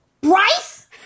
Bryce